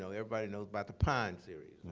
everybody knows about the pine series.